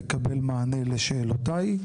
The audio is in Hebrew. לקבל מענה לשאלותיי.